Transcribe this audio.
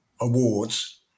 awards